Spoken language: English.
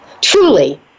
truly